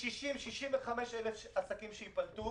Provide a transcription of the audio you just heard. כ-65,000-60,000 עסקים שייפלטו